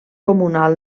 comunal